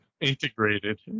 Integrated